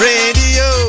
Radio